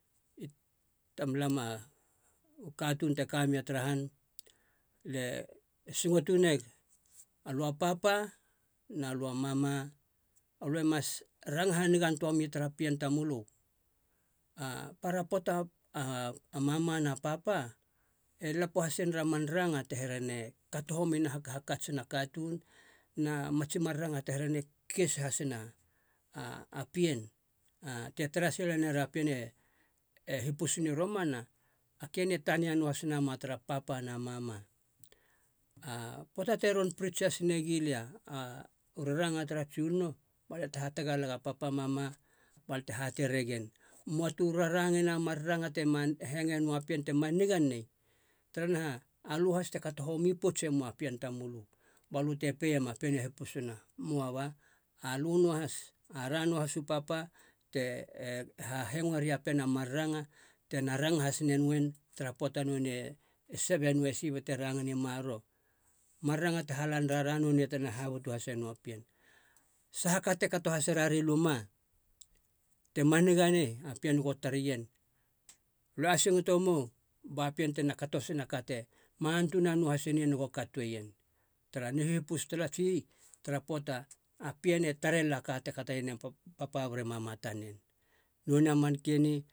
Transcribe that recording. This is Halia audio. I tamlam a- u katuun te ka mia tara han, alia e singo tu neg, alu a papa na lu a mama alue mas ranga hanigan toa mia tara pien tamölö. A para poata a mama na papa e lapo has ner a man ranga te here ne kato homiena hakhakatsina a katuun na matsi ranga te kus hasena a- a pien a te tara sila nera piene e hipusuna i romana a keni e tania noahas nama tara papa mama. A poata te ron prits has nagi lia a- u raranga tara tsunono balia te hatagalega a papa mama balia te hatei ragen, moa tu rarangein a mar ranga te hengoena a pien tema niga nei. Taranaha alö has te kato homi poutse mou a pien tamölö balö te peiema a pien e hipusuna. Moa ba, alö noahas, ara noahas u papa te e hahengo mar ranga tena ranga has nenöen tara poata nonei e sabe noe si be ranga noa i maroro. Mar ranga te hala nerara nonei tena habute hase nou a pien. Saha ka te kato hase rara i luma tema niga nei a pien go tareien alö e asingoto mou ba pien tena kato sena a kate ma antunan noahas neien go katoeien tara ni hihipus talatsi tara poata a pien e tare la a ka te katoiena papa mere mama tanen, nonei a man keni